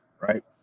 right